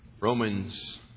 Romans